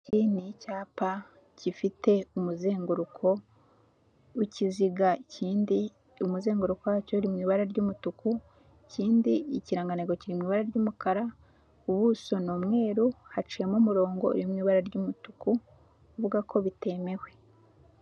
Iki ngiki ni icyapa gifite umuzenguruko w'ikiziga, ikindi umuzenguruko wacyo uri mu ibara ry'umutuku, ikindi ikirango kiri mu ibara ry'umukara, ubuso ni umweru, haciyemo umurongo uri mu ibara ry'umutuku, uvuga ko bitemewe.